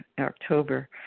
October